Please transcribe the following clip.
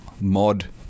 mod